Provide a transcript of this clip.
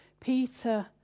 Peter